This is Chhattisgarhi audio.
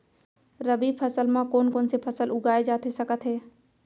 रबि फसल म कोन कोन से फसल उगाए जाथे सकत हे?